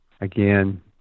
Again